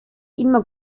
immer